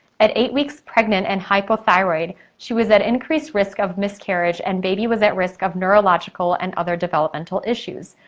at eight weeks pregnant and hypothyroid, she was at increased risk of miscarriage and baby was at risk of neurological and other developmental issues.